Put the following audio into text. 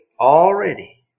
already